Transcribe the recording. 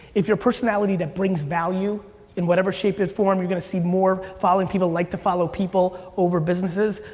if your personality that brings value in whatever shape it's formed, you're gonna see more following. people like to follow people over businesses.